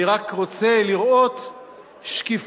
אני רק רוצה לראות שקיפות,